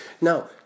Now